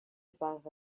above